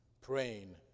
praying